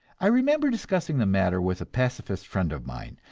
i remember discussing the matter with a pacifist friend of mine,